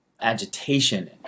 agitation